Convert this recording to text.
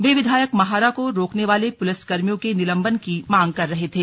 वे विधायक माहरा को रोकने वाले पुलिसकर्मियों के निलंबन की मांग कर रहे थे